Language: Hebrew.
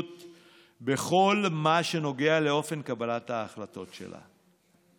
בכל מה שנוגע לאופן קבלת ההחלטות שלה.